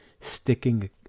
sticking